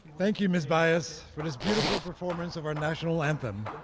thank you, ms. baez, for this beautiful performance of our national anthem.